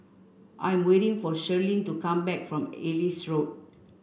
I'm waiting for Shirlene to come back from Ellis Road